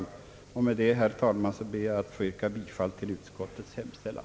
Med detta ber jag, herr talman, att få yrka bifall till utskottets hemställan.